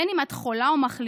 בין אם את חולה או מחלימה,